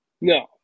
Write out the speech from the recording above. No